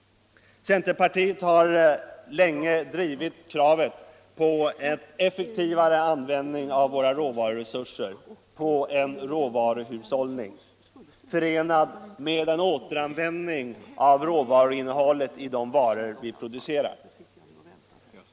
Centerpartiet har länge drivit kravet på effektivare användning av våra råvaruresurser, en råvaruhushållning förenad med återanvändning av råvaruinnehållet i de varor som produceras.